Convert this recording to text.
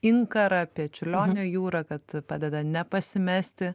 inkarą pečiulionio jūrą kad padeda nepasimesti